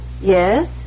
Yes